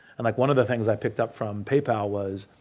and like one of the things i picked up from paypal was,